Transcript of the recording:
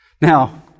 Now